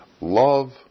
Love